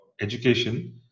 education